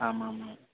आम् आम् आम्